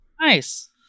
Nice